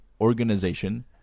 organization